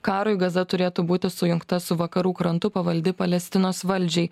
karui gaza turėtų būti sujungta su vakarų krantu pavaldi palestinos valdžiai